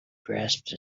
grasped